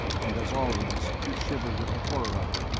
and as always he shivered with the horror of it,